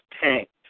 tanked